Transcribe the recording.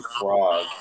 Frog